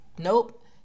Nope